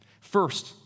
First